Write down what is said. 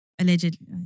Allegedly